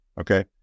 okay